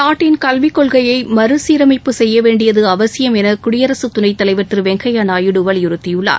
நாட்டின் கல்விக் கொள்கையை மறுசீரமைப்பு செய்ய வேண்டியது அவசியம் என குடியரசு துணைத் தலைவர் திரு வெங்கய்ய நாயுடு வலியுறுத்தியுள்ளார்